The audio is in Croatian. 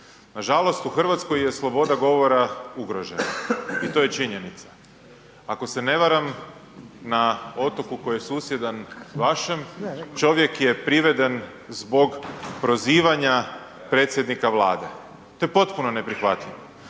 Nažalost u Hrvatskoj je sloboda govora ugrožena i to je činjenica. Ako se ne varam na otoku koji je susjedan, vašem, čovjek je priveden zbog prozivanja predsjednika Vlade. To je potpuno neprihvatljivo.